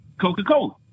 Coca-Cola